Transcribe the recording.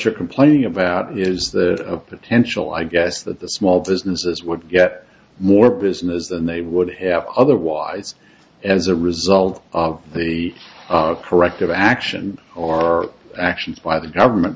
you're complaining about is the potential i guess that the small businesses would get more business than they would have otherwise as a result of the corrective action or action by the government